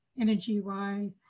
energy-wise